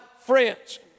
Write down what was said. friends